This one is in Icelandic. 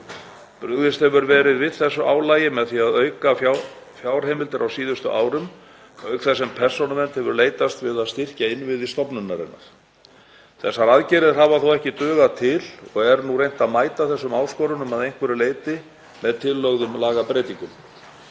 Brugðist hefur verið við þessu álagi með því að auka fjárheimildir á síðustu árum auk þess sem Persónuvernd hefur leitast við að styrkja innviði stofnunarinnar. Þessar aðgerðir hafa þó ekki dugað til og er nú reynt að mæta þessum áskorunum að einhverju leyti með tillögu um lagabreytingu.